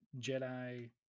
Jedi